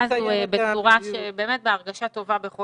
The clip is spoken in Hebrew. אף